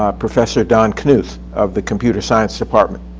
ah professor don knuth of the computer science department.